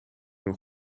nog